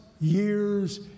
years